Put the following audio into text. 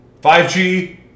5G